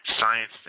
science